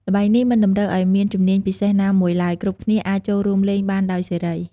ល្បែងនេះមិនតម្រូវឱ្យមានជំនាញពិសេសណាមួយឡើយ គ្រប់គ្នាអាចចូលរួមលេងបានដោយសេរី។